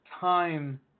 time